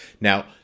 Now